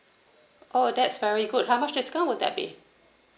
oh that's very good how much discount will that be